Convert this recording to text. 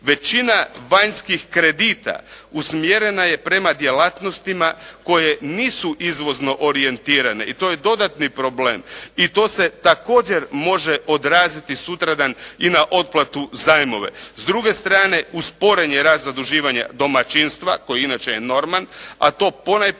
Većina vanjskih kredita usmjerena je prema djelatnostima koje nisu izvozno orijentirane i to je dodatni problem i to se također može odraziti sutradan i na otplatu zajmova. S druge strane, usporen je rast zaduživanja domaćinstva koji inače je enorman, a to ponajprije